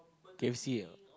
K_F_C ah